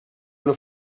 una